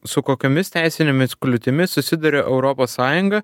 su kokiomis teisinėmis kliūtimis susiduria europos sąjunga